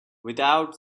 without